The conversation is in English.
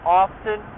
often